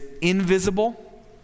invisible